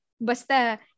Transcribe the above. Basta